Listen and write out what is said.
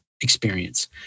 experience